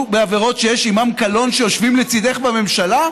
בעבירות שיש עימן קלון שיושבים לצידך בממשלה?